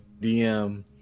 DM